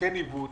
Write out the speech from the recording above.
לתקן עיוות